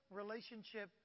relationship